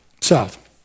south